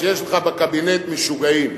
שיש לך בקבינט משוגעים.